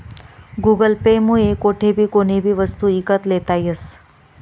Google Pay मुये कोठेबी कोणीबी वस्तू ईकत लेता यस